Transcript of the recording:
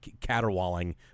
caterwauling